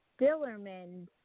Dillerman